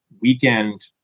weekend